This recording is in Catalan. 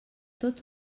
tot